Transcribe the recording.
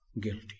guilty